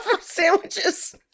Sandwiches